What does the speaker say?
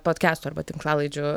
potkestų arba tinklalaidžių